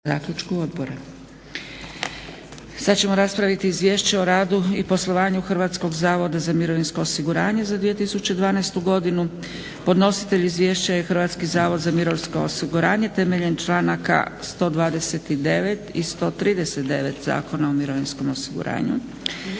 Dragica (SDP)** Sad ćemo raspraviti - Izvješće o radu i poslovanju Hrvatskog zavoda za mirovinsko osiguranje za 2012. godinu Podnositelj izvješća je Hrvatski zavod za mirovinsko osiguranje temeljem članaka 129. i 139. Zakona o mirovinskom osiguranju.